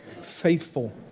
Faithful